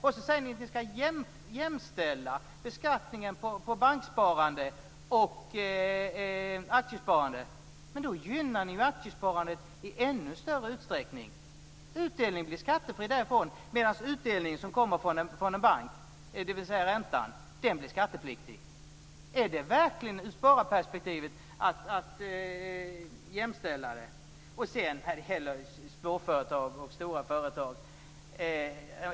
Sedan säger ni att man ska jämställa beskattningen på banksparande och aktiesparande. Men då gynnar ni ju aktiesparandet i ännu större utsträckning. Utdelningen därifrån blir skattefri, medan utdelningen från en bank, dvs. räntan, blir skattepliktig. Är det verkligen att jämställa dessa ur spararperspektivet? Sedan gällde det detta med småföretag och stora företag.